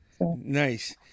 Nice